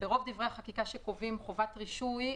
ברוב דברי החקיקה שקובעים חובת רישוי,